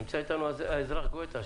נמצא אתנו האזרח גואטה,